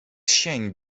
sień